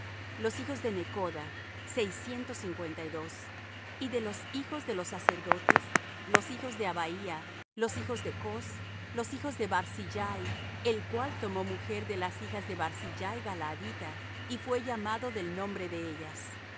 los hijos de necoda seiscientos cincuenta y dos y de los hijos de los sacerdotes los hijos de abaía los hijos de cos los hijos de barzillai el cual tomó mujer de las hijas de barzillai galaadita y fué llamado del nombre de ellas